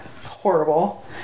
Horrible